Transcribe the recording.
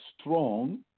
strong